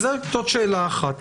זאת שאלה אחת.